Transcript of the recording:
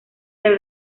del